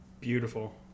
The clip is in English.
beautiful